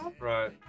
Right